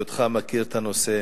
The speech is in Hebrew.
בהיותך מכיר את הנושא.